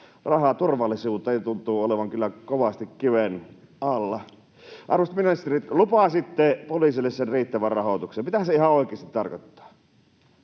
raha turvallisuuteen tuntuu olevan kyllä kovasti kiven alla. Arvoisat ministerit, lupasitte poliisille sen riittävän rahoituksen. Mitähän se ihan oikeasti tarkoittaa?